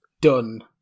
done